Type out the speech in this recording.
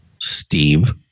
Steve